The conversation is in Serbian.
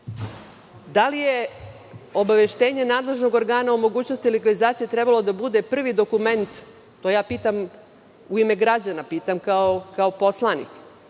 Da li je obaveštenje nadležnog organa o mogućnosti legalizacije trebalo da bude prvi dokument? To pitam u ime građana, kao poslanik.